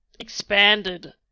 Expanded